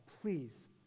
Please